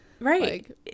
right